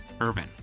Irvin